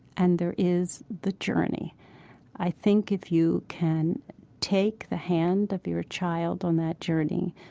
and there is the journey i think if you can take the hand of your child on that journey,